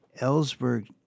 Ellsberg